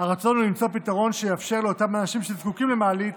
הרצון הוא למצוא פתרון שיאפשר לאותם אנשים שזקוקים למעלית